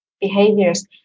behaviors